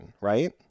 right